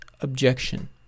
Objection